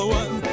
one